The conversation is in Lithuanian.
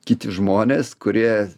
kiti žmonės kurie